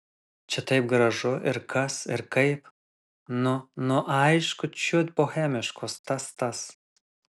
čia taip gražu ir kas ir kaip nu nu aišku čiut bohemiškos tas tas